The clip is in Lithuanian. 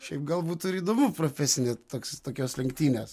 šiaip gal būtų ir įdomu profesinė toks tokios lenktynės